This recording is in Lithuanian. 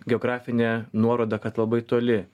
geografinė nuoroda kad labai toli